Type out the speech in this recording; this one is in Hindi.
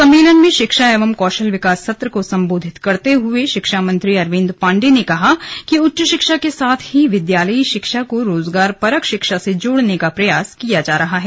सम्मेलन में शिक्षा एवं कौशल विकास सत्र को सम्बोधित करते हुए शिक्षा मंत्री अरविन्द पाण्डेय ने कहा कि उच्च शिक्षा के साथ ही विद्यालयी शिक्षा को रोजगारपरक शिक्षा से जोड़ने का प्रयास किया जा रहा है